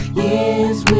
years